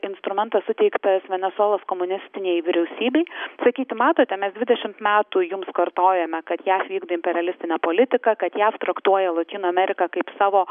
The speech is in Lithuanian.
instrumentas suteiktas venesuelos komunistinei vyriausybei sakyti matote mes dvidešimt metų jums kartojome kad jav vykdo imperialistinę politiką kad jav traktuoja lotynų ameriką kaip savo